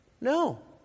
No